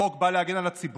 החוק בא להגן על הציבור